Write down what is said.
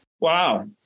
Wow